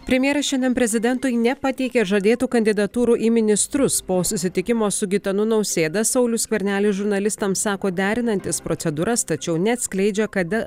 premjeras šiandien prezidentui nepateikė žadėtų kandidatūrų į ministrus po susitikimo su gitanu nausėda saulius skvernelis žurnalistams sako derinantis procedūras tačiau neatskleidžia kada